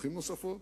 בדרכים נוספות.